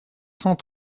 cent